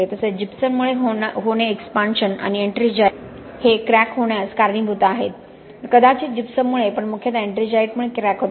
तसेच जिप्सम मुळे होणे एक्स्पानशन आणि एट्रिंजाइट हे क्रॅक होण्यास करणीभूत आहेत आहे कदाचित जिप्सममुळे पण मुख्यतः एट्रिंजाइटमुळे क्रॅक होतात